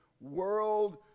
world